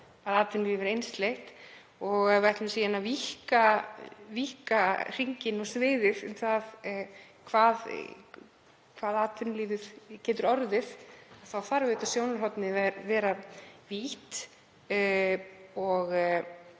að atvinnulífið er einsleitt og ef við ætlum síðan að víkka hringinn og sviðið og það hvað atvinnulífið getur orðið, þá þarf sjónarhornið að vera vítt. Ég